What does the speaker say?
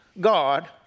God